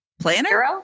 Planner